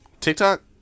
TikTok